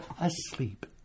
asleep